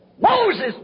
Moses